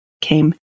came